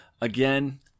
Again